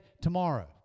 tomorrow